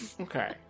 Okay